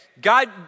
God